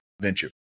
venture